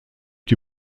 die